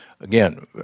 again